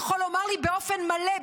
יכול לומר לי באופן מלא,